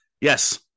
Yes